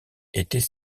était